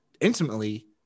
intimately